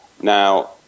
Now